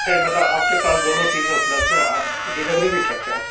مطلب آپ کے پاس دونوں چیزیں اُپبلدھ ہیں آپ ڈیلیوری بھی کرتے ہیں